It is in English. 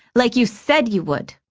like you said you would.